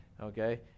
Okay